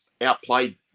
outplayed